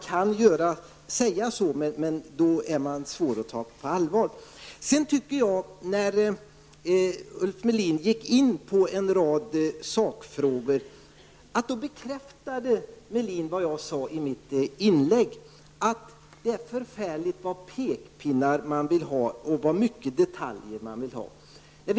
Den som säger så är det svårt att ta på allvar. När Ulf Melin gick in på en rad sakfrågor bekräftade han vad jag sade i mitt inlägg. Det är förfärligt vad med pekpinnar man vill ha och vad mycket detaljer man vill bestämma.